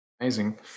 Amazing